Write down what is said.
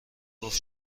گفت